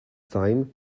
time